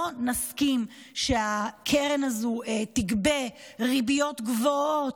לא נסכים שהקרן הזו תגבה ריביות גבוהות,